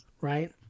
Right